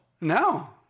No